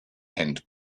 and